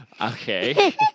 Okay